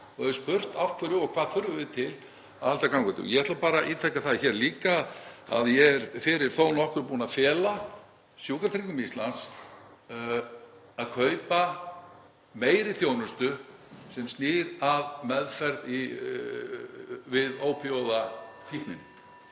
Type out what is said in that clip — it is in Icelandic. og hef spurt af hverju og hvað þurfi til að halda þessu gangandi. Ég ætla bara að ítreka það hér líka að ég er fyrir þó nokkru búinn að fela Sjúkratryggingum Íslands að kaupa meiri þjónustu sem snýr að meðferð í við ópíóíðafíkninni.